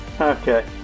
Okay